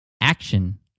action